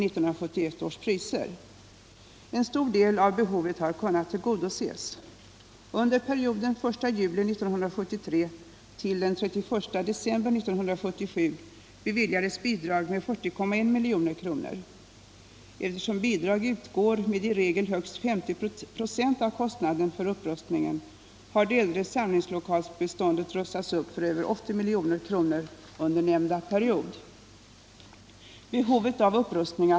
Trots dessa insatser behöver många äldre samlingslokaler rustas upp.